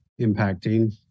Impacting